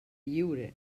lliure